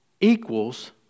equals